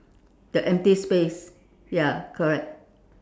the empty space ya correct